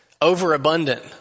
overabundant